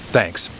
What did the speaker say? Thanks